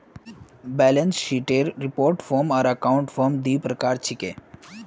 balance शीटेर report form आर account form दी प्रकार छिके